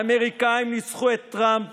האמריקאים ניצחו את טראמפ